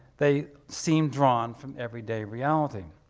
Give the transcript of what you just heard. they seemed drawn from everyday reality.